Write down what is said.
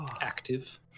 Active